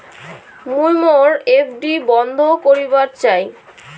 মুই মোর এফ.ডি বন্ধ করিবার চাই